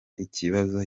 ikibazo